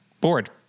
bored